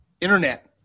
internet